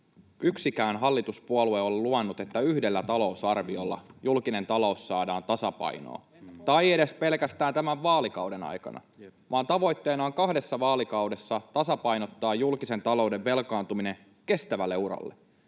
yksikään hallituspuolue ole luvannut, että yhdellä talousarviolla julkinen talous saadaan tasapainoon tai edes pelkästään tämän vaalikauden aikana, vaan tavoitteena on kahdessa vaalikaudessa tasapainottaa julkisen talouden velkaantuminen kestävälle uralle.